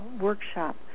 workshop